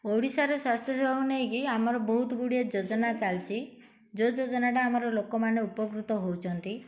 ଓଡ଼ିଶାର ସ୍ୱାସ୍ଥ୍ୟ ସେବାକୁ ନେଇକି ଆମର ବହୁତ ଗୁଡ଼ିଏ ଯୋଜନା ଚାଲିଛି ଯେଉଁ ଯୋଜନାଟା ଆମର ଲୋକମାନେ ଉପକୃତ ହଉଛନ୍ତି